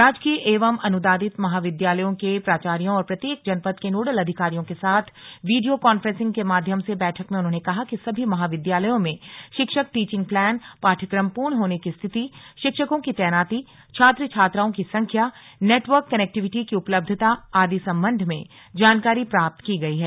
राजकीय एवं अनुदानित महाविद्यालयों के प्राचार्यों और प्रत्येक जनपद के नोडल अधिकारियों के साथ वीडियों कॉफ्रेंसिग के माध्यम से बैठक में उन्होंने कहा कि सभी महाविद्यालयों में शिक्षक टीचिंग प्लान पाठ्यक्रम पूर्ण होने की स्थिति शिक्षकों की तैनाती छात्र छात्राओं की संख्या नेट वर्क कनेक्टिविटी की उपलब्धता आदि सम्बन्ध में जानकारी प्राप्त की गयी है